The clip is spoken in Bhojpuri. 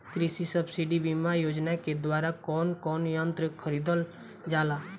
कृषि सब्सिडी बीमा योजना के द्वारा कौन कौन यंत्र खरीदल जाला?